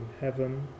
heaven